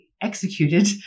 executed